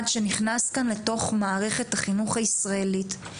שנכנס כאן לתוך מערכת החינוך הישראלית.